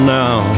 now